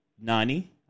Nani